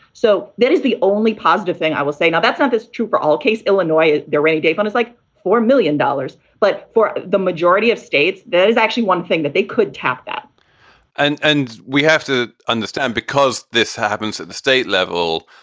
so that is the only positive thing i will say. no, that's not true. for all case illinois, their rainy day fund is like four million dollars. but for the majority of states, there is actually one thing that they could tap that and and we have to understand because this happens at the state level.